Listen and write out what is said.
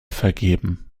vergeben